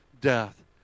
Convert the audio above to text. death